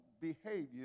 behaviors